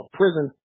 prison